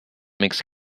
makes